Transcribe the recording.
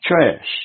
trash